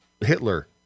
Hitler